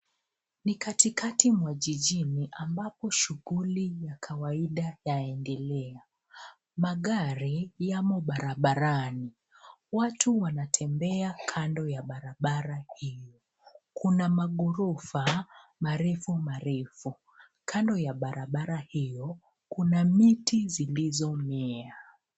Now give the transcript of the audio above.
Ni katikati mwa jijini ambapo shughuli ya kawaida yaendelea. Magari yamo barabarani. Watu wanatembea kando ya barabara hii. Kuna maghorofa marefu marefu. Kando ya barabara hiyo kuna miti zilizomea.